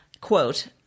Quote